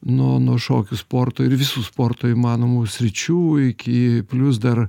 nuo nuo šokių sportų ir visų sportų įmanomų sričių iki plius dar